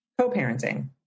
co-parenting